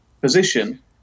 position